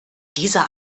dieser